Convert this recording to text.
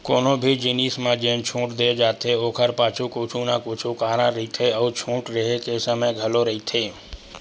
कोनो भी जिनिस म जेन छूट दे जाथे ओखर पाछू कुछु न कुछु कारन रहिथे अउ छूट रेहे के समे घलो रहिथे